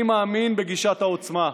אני מאמין בגישת העוצמה,